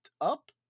up